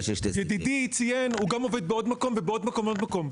ידידי ציין שהוא עובד בעוד מקום ועוד מקום ועוד מקום.